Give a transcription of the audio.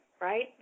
right